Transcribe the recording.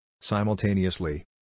Simultaneously